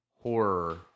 horror